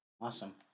awesome